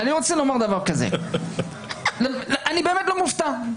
אני באמת לא מופתע,